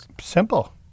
Simple